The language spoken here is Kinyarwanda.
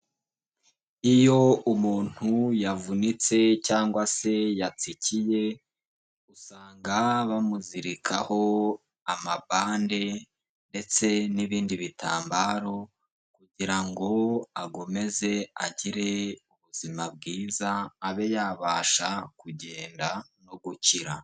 Iyo umuntu yavunitse cyangwa se yatsikiye, usanga bamuzirikaho amabande ndetse n'ibindi bitambaro, kugira ngo akomeze agire ubuzima bwiza, abe yabasha kugenda no gukira.